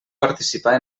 participar